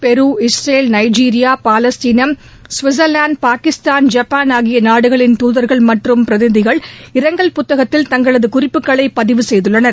பெரு Israel Nigeria பாலஸ்தீளம் Switzerland Pakistan Japan ஆகிய நாடுகளின் துதா்கள் மற்றும் பிரதிநிதிகள் இரங்கல் புத்தகத்தில் தங்களது குறிப்புகளை பதிவு செய்துள்ளனர்